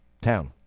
Town